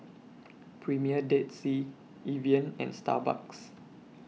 Premier Dead Sea Evian and Starbucks